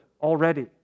already